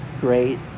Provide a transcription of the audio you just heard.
great